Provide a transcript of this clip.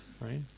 right